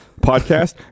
podcast